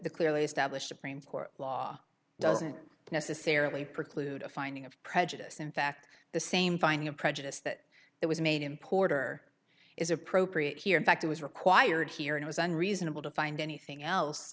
the clearly established law doesn't necessarily preclude a finding of prejudice in fact the same finding of prejudice that it was made in porter is appropriate here in fact it was required here it was unreasonable to find anything else